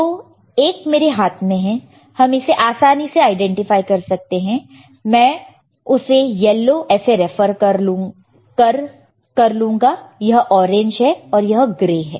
तो एक मेरे हाथ में है हम इसे आसानी से आईडेंटिफाई कर सकते हैं मैं उसे येलो ऐसे रेफर कर लूंगा यह ऑरेंज है और यह ग्रे है